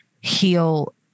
heal